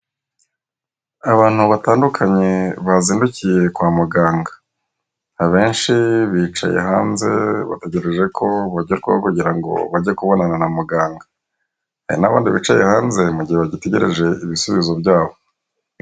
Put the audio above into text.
Abantu batandukanye bazindukiye kwa muganga, abenshi bicaye hanze bategereje ko bagerwaho kugira ngo bage kubonana na muganga, hari n'abandi bicaye hanze mu gihe bagitegereje ibisubizo byabo.